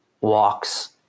walks